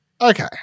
okay